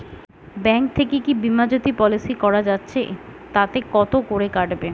Bank থেকে কী Bima Jyoti policy করা যাচ্ছে তাতে কত করে কাটবে?